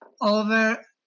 over